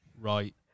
Right